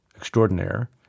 Extraordinaire